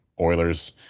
Oilers